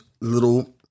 little